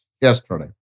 yesterday